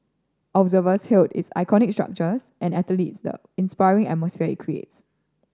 observers hailed its iconic structures and athletes the inspiring atmosphere it creates